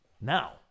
Now